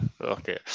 Okay